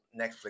Netflix